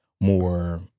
more